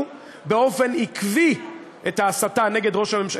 באופן עקיב את ההסתה נגד ראש הממשלה,